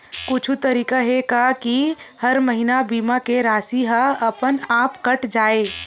कुछु तरीका हे का कि हर महीना बीमा के राशि हा अपन आप कत जाय?